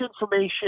information